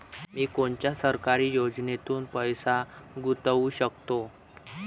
मी कोनच्या सरकारी योजनेत पैसा गुतवू शकतो?